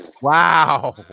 wow